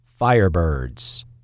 Firebirds